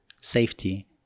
safety